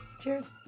Cheers